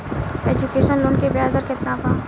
Education loan के ब्याज दर केतना बा?